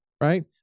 right